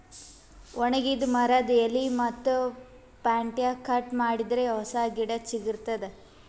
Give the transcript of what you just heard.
ಒಣಗಿದ್ ಮರದ್ದ್ ಎಲಿ ಮತ್ತ್ ಪಂಟ್ಟ್ಯಾ ಕಟ್ ಮಾಡಿದರೆ ಹೊಸ ಗಿಡ ಚಿಗರತದ್